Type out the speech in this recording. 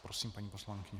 Prosím, paní poslankyně.